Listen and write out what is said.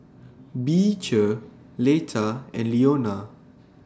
Beecher Leta and Leona